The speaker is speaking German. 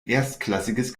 erstklassiges